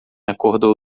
acordou